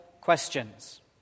questions